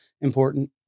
important